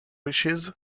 reaches